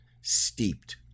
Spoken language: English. steeped